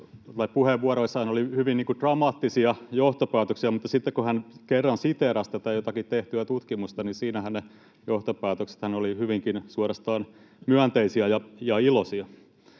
puheenvuoroissaan oli hyvin dramaattisia johtopäätöksiä. Mutta sitten kun hän kerran siteerasi jotakin tehtyä tutkimusta, siinähän ne johtopäätökset olivat suorastaan hyvinkin myönteisiä ja iloisia.